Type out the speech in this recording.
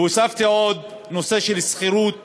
והוספתי עוד נושא של שכירות